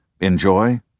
enjoy